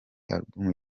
album